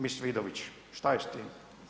Mis Vidović, šta je s tim?